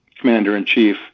commander-in-chief